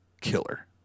killer